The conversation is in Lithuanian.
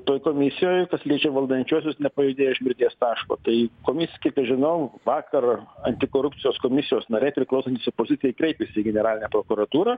toj komisijoj kas liečia valdančiuosius nepajudėjo iš mirties taško tai komis kiek aš žinau vakar antikorupcijos komisijos nariai priklausantys opozicijai kreipėsi į generalinę prokuratūrą